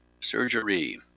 surgery